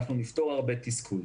אנחנו נפתור הרבה תסכול.